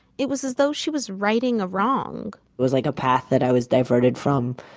it was as though she was righting a wrong it was like a path that i was diverted from.